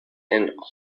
and